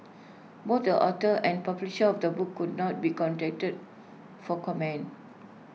both the author and publisher of the book could not be contacted for comment